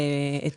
את